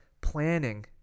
planning